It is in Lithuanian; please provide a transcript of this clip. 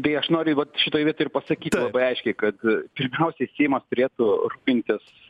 tai aš noriu vat šitoj vietoj ir pasakyt labai aiškiai kad pirmiausiai seimas turėtų rūpintis